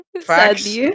facts